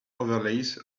overlays